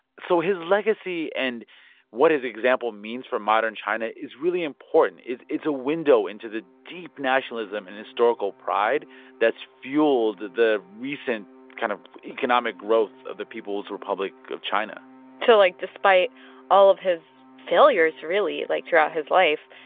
so his legacy and what his example means for modern china is really important. it's a window into the deep nationalism and historical pride that's fueled the recent kind of economic growth of the people's republic of china so, like, despite all of his failures, really, like, throughout his life,